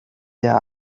der